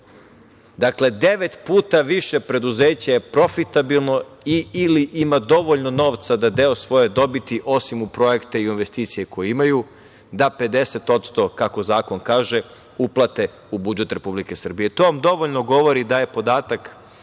Dakle, devet puta više preduzeća je profitabilno ili ima dovoljno novca da deo svoje dobiti osim u projekte i investicije koje imaju, da 50% kako zakon kaže, uplate u budžet Republike Srbije. To vam dovoljno govori da je podatak